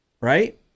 right